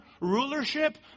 rulership